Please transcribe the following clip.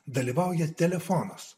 dalyvauja telefonas